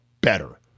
better